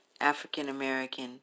African-American